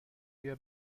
بیا